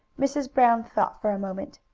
mrs. brown thought for a moment.